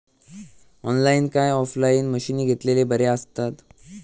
Online काय offline मशीनी घेतलेले बरे आसतात?